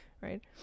right